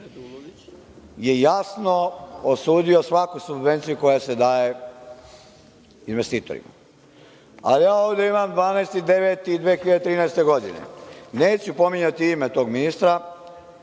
je jasno osudio svaku subvenciju koja se daje investitorima. Imam ovde 12.9.2013. godine, neću pominjati ime tog ministra,